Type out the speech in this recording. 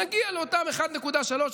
נגיע לאותם 1.3%,